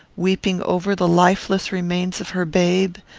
weeping over the lifeless remains of her babe,